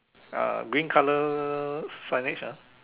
uh green color signage ah